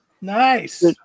Nice